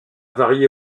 varié